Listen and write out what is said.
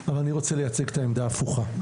אבל אני רוצה לייצג את העמדה ההפוכה.